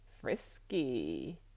frisky